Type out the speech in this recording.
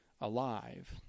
alive